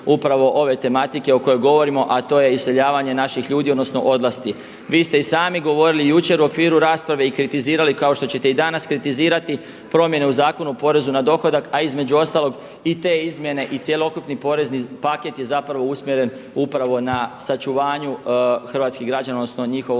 upravo ove tematike o kojoj govorimo a to je iseljavanje naših ljudi, odnosno odlasci. Vi ste i sami govorili jučer u okviru rasprave i kritizirali kao što ćete i danas kritizirati promjene u Zakonu o porezu na dohodak a između ostalog i te izmjene i cjelokupni porezni paket je zapravo usmjeren upravo na sačuvanju hrvatskih građana odnosno njihovom ostanku